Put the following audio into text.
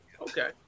Okay